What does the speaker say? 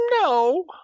No